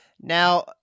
Now